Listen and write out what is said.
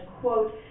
quote